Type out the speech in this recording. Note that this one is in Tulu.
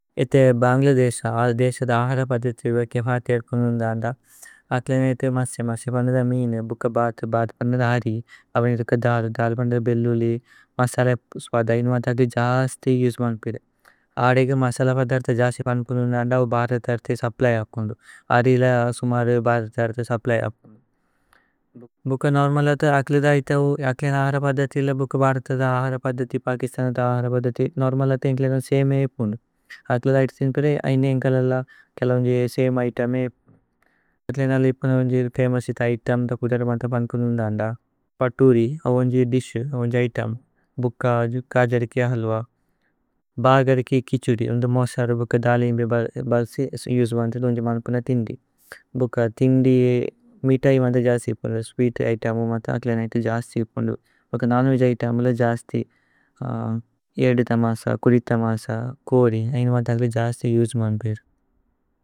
ഏഥേ ഭന്ഗ്ലദേശ അദ് ദേശ ദാഹര പദ്ധതി। വേകേ ഭാതിയക് പുനുന്ദന്ദ അക്ലേന ഇതേ മസ്യ। മസ്യ പനദ മീനേ ബുക ഭാരത ഭാരത। പനദ അരി അവിനിതുക ദാര് ദാര് പന്ദ ബേല്ലുലി। മസല സ്വദയ്നുമത അഗ്ലി ജാസ്തി യുജ്മന്പിദ। അദിഗ മസല പദ്ധരത ജസി പന്പുനുന്ദന്ദ। ഔ ഭാരത അരതേ സപ്ലയ പുനുന്ദു അരില। സുമര ഭാരത അരതേ സപ്ലയ പുനുന്ദു ഭുക। നോര്മലത അക്ലേദ ഇതൌ അക്ലേന ആഹര പദ്ധതി। ഇല ബുക ഭാരത ദാഹര പദ്ധതി പകിസ്തനത। ആഹര പദ്ധതി നോര്മലത അക്ലേന സമേ ഏ പുനു। അക്ലേദ ഇതേ ഥിന്പിരേ ഐനേ ഇന്കലല കേല ഉന്ജേ। സമേ ഇതേമ് ഏ പുനു അക്ലേന ലി പുന ഉന്ജേ ഫമോഉസ് ഇതേ। ഇതേമ് ധഹുധരമത പന്പുനുന്ദന്ദ പത്തുരി അവന്ജേ। ദിശ് അവന്ജേ ഇതേമ് ബുക ഗജരികേ ഹല്വ ബഗരികേ। കിഛുദി ഉന്ദു മോഹ്സര ബുക ദാലിമ്ബേ ബല്സേ। യുജ്മന്തദ ഉന്ജേ മനപുന ഥിന്ദി ഭുക ഥിന്ദി। മീതൈ മത ജസി പുനു സ്വീത് ഇതേമു മത അക്ലേന। ഇതേ ജസി പുനു ഭുക നനുജ ഇതേമുല ജസ്തി യേദ്ദ। തമസ കുരിഥ തമസ കോരി ഐനേ മത അക്ലേ ജസ്തി।